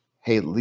hey